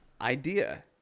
idea